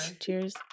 cheers